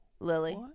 Lily